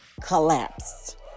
collapsed